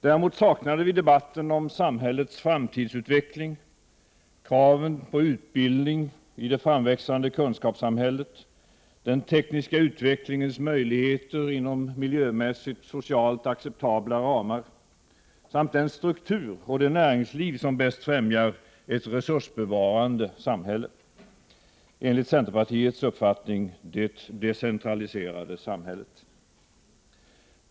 Däremot saknade vi debatten om samhällets framtidsutveckling — kraven på utbildning i det framväxande kunskapssamhället, den tekniska utvecklingens möjligheter inom miljömässigt och socialt acceptabla ramar samt den struktur och det näringsliv som bäst främjar ett resursbevarande samhälle — enligt centerpartiets uppfattning det decentraliserade samhället.